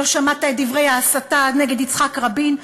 לא שמעת את דברי ההסתה נגד יצחק רבין,